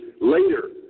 later